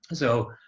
and so,